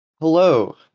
hello